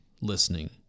listening